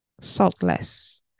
saltless